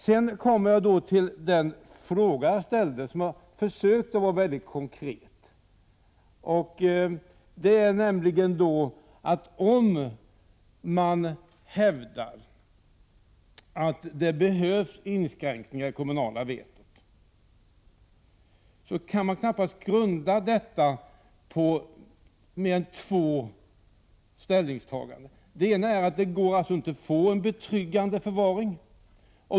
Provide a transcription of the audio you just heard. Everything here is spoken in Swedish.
Jag vill därefter gå över till den fråga som jag ställde och där jag försökte vara mycket konkret. Om man hävdar att det behövs inskränkningar i det kommunala vetot kan man knappast grunda detta på mer än två ställningstaganden. Det ena är att det absolut inte går att få en betryggande förvaring.